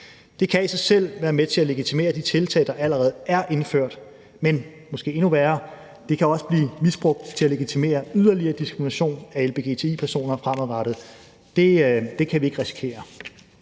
Det kan i sig selv være med til at legitimere de tiltag, der allerede er indført, men måske endnu værre: Det kan også blive misbrugt til at legitimere yderligere diskrimination af lgbti-personer fremadrettet. Det kan vi ikke risikere.